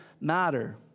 matter